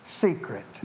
secret